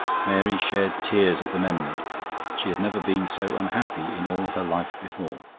mary shed tears at the memory she had never been so unhappy in all her life before.